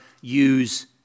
use